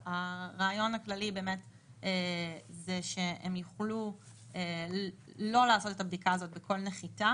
הרעיון הכללי זה שהם יוכלו לא לעשות את הבדיקה הזאת בכל נחיתה